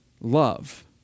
love